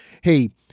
Hey